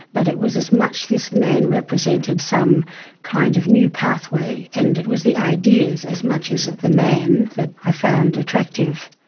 but it was as much. this man represented some kind of new pathway and it was the ideas as much as the man that i found attractive.